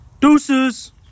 Deuces